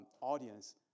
audience